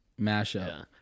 mashup